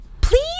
Please